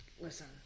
Listen